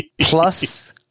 plus